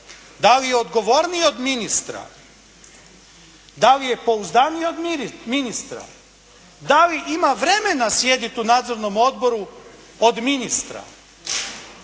Da li je odgovorniji od ministra? Da li je pouzdaniji od ministra? Da li ima vremena sjediti u nadzornom odboru od ministra?